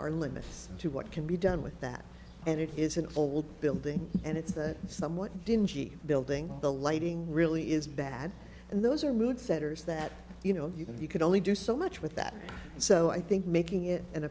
are limits to what can be done with that and it is an old building and it's a somewhat dingy building the lighting really is bad and those are mood setters that you know you can you can only do so much with that so i think making it an